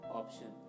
option